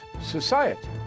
society